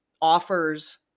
offers